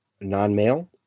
non-male